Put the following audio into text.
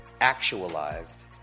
actualized